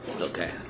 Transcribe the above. Okay